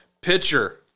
Pitcher